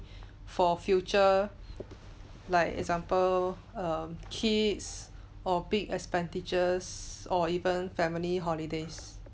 for future like example um kids or big advantages or even family holidays